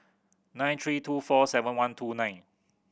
nine three two four seven one two nine